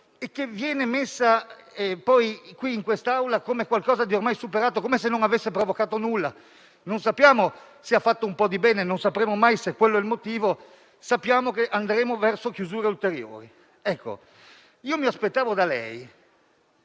misura viene posta poi in quest'Aula come qualcosa di ormai superato, come se non avesse provocato nulla; non sappiamo se abbia fatto un po' di bene, non sapremo mai se è quello il motivo, ma sappiamo che andremo verso chiusure ulteriori. Mi aspettavo da lei